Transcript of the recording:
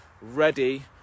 ready